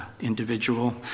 individual